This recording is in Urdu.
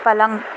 پلنگ